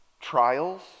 trials